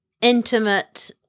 intimate